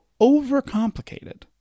overcomplicated